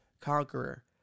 conqueror